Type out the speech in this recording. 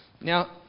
Now